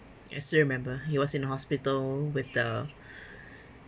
I still remember he was in a hospital with the